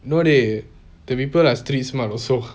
no dey the people are street smart also